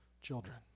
children